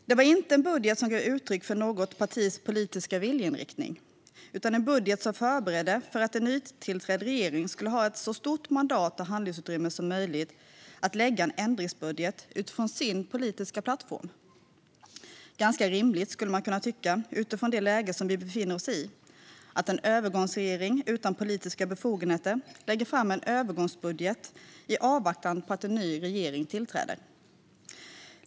Det var inte en budget som gav uttryck för något partis politiska viljeinriktning utan en budget som förberedde för att en nytillträdd regering skulle ha ett så stort mandat och handlingsutrymme som möjligt att lägga fram en ändringsbudget utifrån sin politiska plattform. Det är ganska rimligt skulle man kunna tycka utifrån det läge vi befinner oss i att en övergångsregering utan politiska befogenheter lägger fram en övergångsbudget i avvaktan på att en ny regering tillträder.